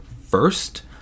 first